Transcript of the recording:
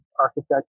architect